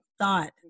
thought